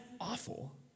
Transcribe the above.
awful